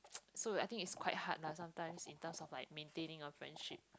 so I think it's quite hard lah sometimes in terms of like maintaining a friendship